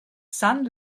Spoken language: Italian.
san